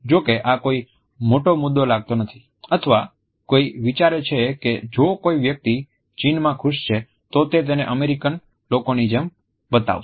જો કે આ કોઈ મોટો મુદ્દો લાગતો નથી અથવા કોઈ વિચારે છે કે જો કોઈ વ્યક્તિ ચીનમાં ખુશ છે તો તે તેને અમેરિકન લોકોની જેમ બતાવશે